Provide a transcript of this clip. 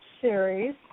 Series